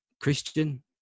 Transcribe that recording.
christian